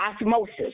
osmosis